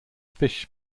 fish